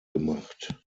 gemacht